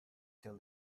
till